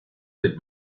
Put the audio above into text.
del